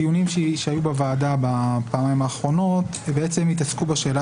הדיונים שהיו בוועדה בפעמיים האחרונות התעסקו בשאלה